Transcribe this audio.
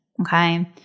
Okay